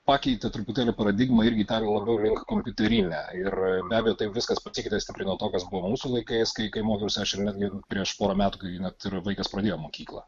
pakeitė truputėlį paradigmą irgi dar labiau link kompiuterinę ir be abejo taip viskas pasikeitė stipriai nuo to kas buvo mūsų laikais kai kai mokiausi aš ir netgi prieš porą metų kai net ir vaikas pradėjo mokyklą